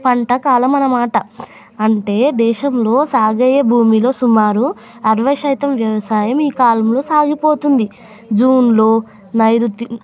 పంట కాలం అన్నమాట అంటే దేశంలో సాగే భూమిలో సుమారు అరవై శాతం వ్యవసాయం ఈ కాలంలో సాగిపోతుంది జూన్లో నైరుతి